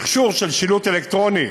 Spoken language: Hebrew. מכשור של שילוט אלקטרוני